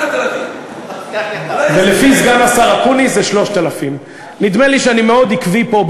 8,000. ולפי סגן השר אקוניס זה 3,000. נדמה לי שאני מאוד עקבי פה,